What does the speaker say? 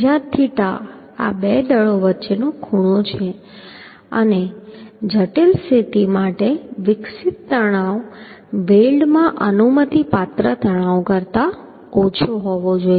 જ્યાં થીટા આ બે દળો વચ્ચેનો ખૂણો છે અને જટિલ સ્થિતિ માટે વિકસિત તણાવ વેલ્ડમાં અનુમતિપાત્ર તણાવ કરતા ઓછો હોવો જોઈએ